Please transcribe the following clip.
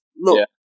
Look